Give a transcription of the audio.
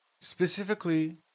Specifically